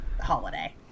holiday